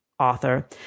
author